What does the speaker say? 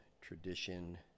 Tradition